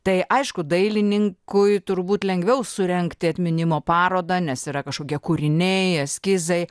tai aišku dailininkui turbūt lengviau surengti atminimo parodą nes yra kažkokie kūriniai eskizai